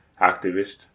activist